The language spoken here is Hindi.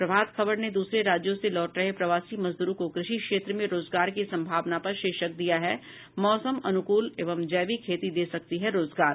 प्रभात खबर ने दूसरे राज्यों से लौट रहे प्रवासी मजदूरों को कृषि क्षेत्र में रोजगार की संभावना पर शीर्षक दिया है मौसम अनुकूल व जैविक खेती दे सकती है रोजगार